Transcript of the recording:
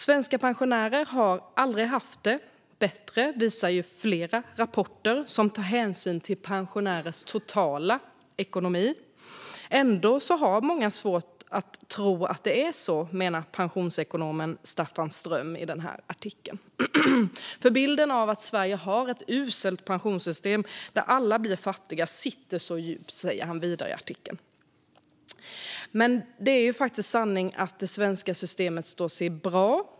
Svenska pensionärer har aldrig haft det bättre, visar flera rapporter som tar hänsyn till pensionärers totala ekonomi. Ändå har många svårt att tro att det är så, menar pensionsekonomen Staffan Ström i artikeln. "Bilden av att Sverige har ett uselt pensionssystem där alla blir fattiga sitter så djupt", säger han vidare. Men sanningen är faktiskt att det svenska pensionssystemet står sig bra.